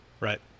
Right